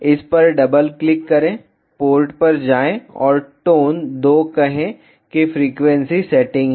इस पर double click करें पोर्ट पर जाएं और टोन 2 कहें कि फ्रीक्वेंसी सेटिंग है